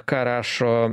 ką rašo